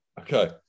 okay